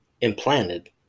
implanted